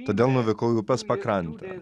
todėl nuvykau į upės pakrantę